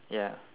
ya